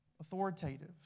authoritative